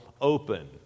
open